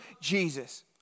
Jesus